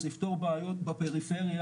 זה יפתור בעיות בפריפריה.